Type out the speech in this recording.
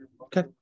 okay